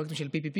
פרויקטים של PPP,